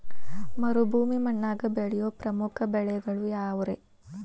ಮರುಭೂಮಿ ಮಣ್ಣಾಗ ಬೆಳೆಯೋ ಪ್ರಮುಖ ಬೆಳೆಗಳು ಯಾವ್ರೇ?